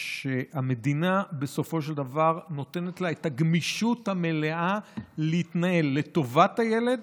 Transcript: והמדינה בסופו של דבר נותנת לה את הגמישות המלאה להתנהל לטובת הילד